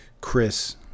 Chris